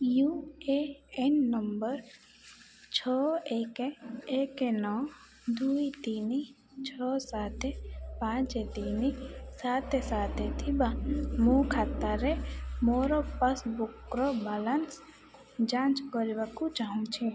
you A N ନମ୍ବର ଛଅ ଏକ ଏକ ନଅ ଦୁଇ ତିନି ଛଅ ସାତ ପାଞ୍ଚ ତିନି ସାତ ସାତ ଥିବା ମୋ ଖାତାରେ ମୋର ପାସ୍ବୁକ୍ର ବାଲାନ୍ସ ଯାଞ୍ଚ କରିବାକୁ ଚାହୁଁଛି